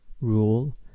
rule